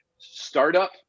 Startup